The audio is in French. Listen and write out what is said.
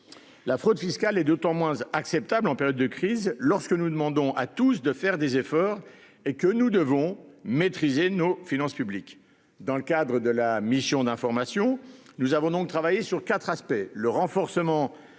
La fraude fiscale et d'autant moins acceptable en période de crise. Lorsque nous demandons à tous de faire des efforts et que nous devons maîtriser nos finances publiques, dans le cadre de la mission d'information. Nous avons donc travaillé sur 4 aspects